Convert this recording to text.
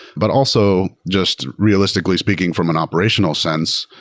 but also, just realistically speaking from an operational sense,